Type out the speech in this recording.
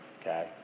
okay